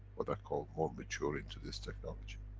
what i call, more mature into this technology.